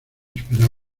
esperaba